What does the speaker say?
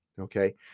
Okay